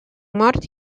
mord